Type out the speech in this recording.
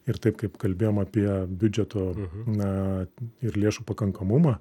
ir taip kaip kalbėjom apie biudžeto na ir lėšų pakankamumą